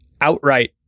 outright